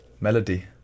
melody